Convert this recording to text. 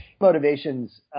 Motivations